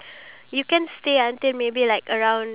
ya we can put at the top there